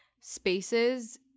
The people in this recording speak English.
spaces